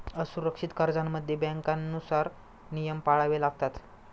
असुरक्षित कर्जांमध्ये बँकांनुसार नियम पाळावे लागतात